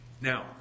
Now